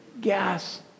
gas